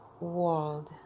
world